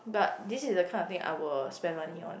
but this is the kind of things I will spend money on